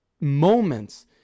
moments